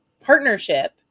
partnership